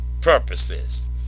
purposes